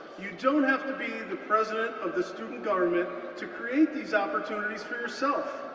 you don't have to be the president of the student government to create these opportunities for yourself,